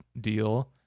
deal